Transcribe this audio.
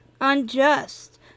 unjust